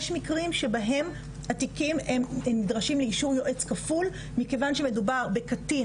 יש מקרים שבהם התיקים נדרשים לאישור יועץ כפול מכיוון שמדובר בקטין